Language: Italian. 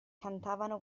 cantavano